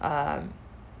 um